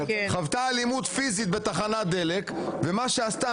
חוותה אלימות פיזית בתחנת דלק ומה שעשתה